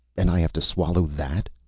and i have to swallow that!